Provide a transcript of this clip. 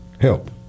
help